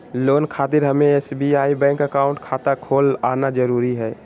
Loan खातिर हमें SBI bank account खाता खोल आना जरूरी है?